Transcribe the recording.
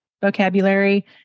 vocabulary